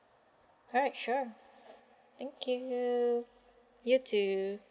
alright sure thank you you too